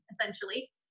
essentially